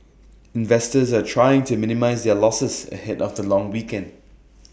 investors are trying to minimise their losses ahead of the long weekend